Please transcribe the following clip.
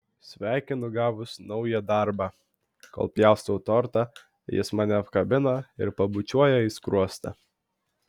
sveikinu gavus naują darbą kol pjaustau tortą jis mane apkabina ir pabučiuoja į skruostą